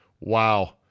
Wow